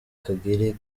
kagere